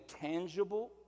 tangible